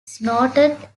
snorted